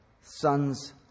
sons